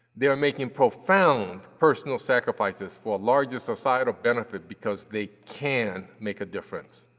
they are making profound personal sacrifices for a larger societal benefit because they can make a difference.